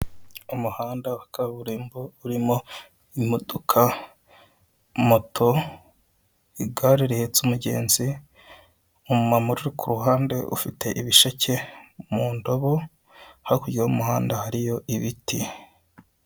Umuhanda wa kaburimbo urimo imodoka, moto, igare rihetse umugenzi, umumama uri ku ruhande ufite ibisheke mu ndobo, hakurya y'umuhanda hariyo ibiti.